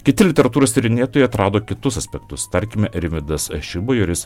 kiti literatūros tyrinėtojai atrado kitus aspektus tarkime rimvydas šilbajoris